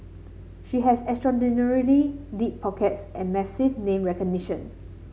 she has extraordinarily deep pockets and massive name recognition